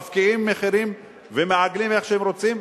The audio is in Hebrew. מפקיעים מחירים ומעגלים איך שהם רוצים,